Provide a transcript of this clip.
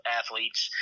athletes